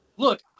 Look